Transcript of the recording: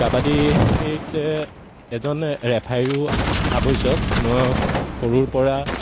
কাবাডীত এজন ৰেফাৰীৰো আৱশ্যক মই সৰুৰ পৰা